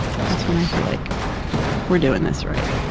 um that's that's when i feel like we're doing this right.